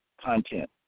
content